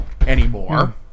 anymore